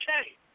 okay